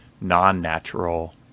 non-natural